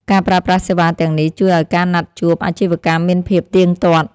ការប្រើប្រាស់សេវាទាំងនេះ ជួយឱ្យការណាត់ជួបអាជីវកម្មមានភាពទៀងទាត់។